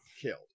killed